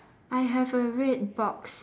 I have a red box